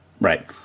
right